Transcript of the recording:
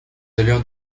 allures